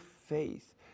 faith